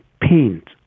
paint